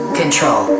control